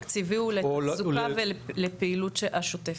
ל- -- המקור התקציבי הוא לתחזוקה ולפעילות השוטפת.